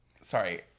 Sorry